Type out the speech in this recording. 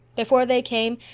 before they came,